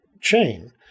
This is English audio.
chain